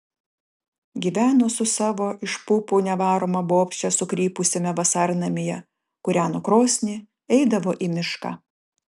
gyveno su savo iš pupų nevaroma bobše sukrypusiame vasarnamyje kūreno krosnį eidavo į mišką